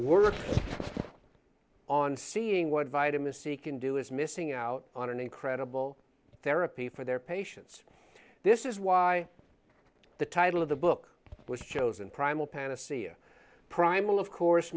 work on seeing what vitamin c can do is missing out on an incredible therapy for their patients this is why the title of the book was chosen primal panacea primal of course